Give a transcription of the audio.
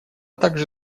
также